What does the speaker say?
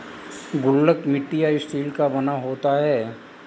गुल्लक मिट्टी या स्टील का बना होता है